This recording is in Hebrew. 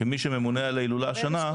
כמי שממונה על ההילולה השנה,